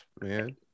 man